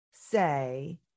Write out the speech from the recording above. say